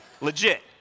legit